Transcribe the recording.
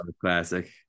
classic